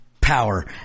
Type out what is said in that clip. power